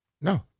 No